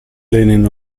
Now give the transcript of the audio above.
leaning